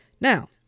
Now